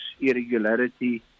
irregularity